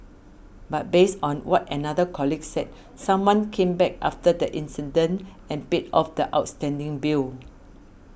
but based on what another colleague said someone came back after the incident and paid off the outstanding bill